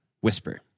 whisper